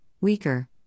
weaker